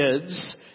kids